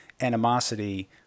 Animosity